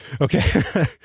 Okay